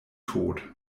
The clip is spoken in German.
tot